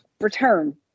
return